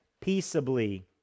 peaceably